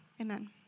amen